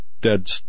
dead